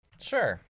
Sure